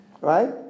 Right